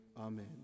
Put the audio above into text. amen